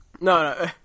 no